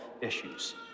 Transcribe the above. issues